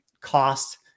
cost